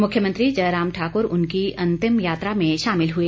मुख्यमंत्री जयराम ठाकर उनकी अंतिम यात्रा में शामिल हुए